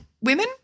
women